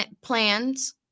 plans